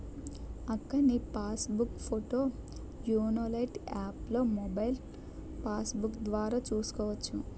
అక్కా నీ passbook పోతో యోనో లైట్ యాప్లో మొబైల్ పాస్బుక్కు ద్వారా చూసుకోవచ్చు